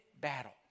battle